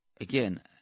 again